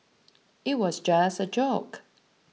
it was just a joke